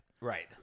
Right